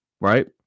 right